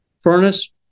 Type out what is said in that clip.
furnace